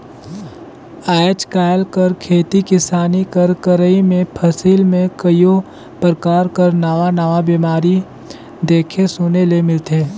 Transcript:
आएज काएल कर खेती किसानी कर करई में फसिल में कइयो परकार कर नावा नावा बेमारी देखे सुने ले मिलथे